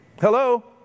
Hello